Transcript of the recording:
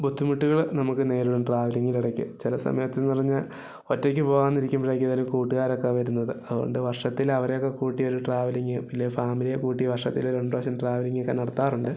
ബുദ്ധിമുട്ടുകള് നമുക്ക് നേരിടും ട്രാവലിംഗിൽ ഇടയ്ക്ക് ചില സമയത്ത് പറഞ്ഞാൽ ഒറ്റക്ക് പോകാൻ ഇരിക്കുമ്പോഴായിരിക്കും ഏതേലും കൂട്ടുകാരൊക്കെ വരുന്നത് അതുകൊണ്ട് വർഷത്തിൽ അവരെ ഒക്കെ കൂട്ടി ഒര് ട്രാവലിംഗ് ഇല്ലേൽ ഫാമിലിയെ കൂട്ടി വർഷത്തില് രണ്ട് പ്രാവശ്യം ട്രാവലിംഗൊക്കെ നടത്താറുണ്ട്